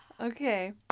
Okay